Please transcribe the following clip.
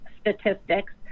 statistics